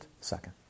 second